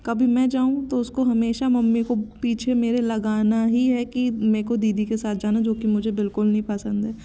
कभी मैं जाऊं तो उसको हमेशा मम्मी को पीछे मेरे लगाना ही है कि मेरे को दीदी के साथ जाना है जोकि मुझे बिलकुल नहीं पसंद है